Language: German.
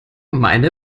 meine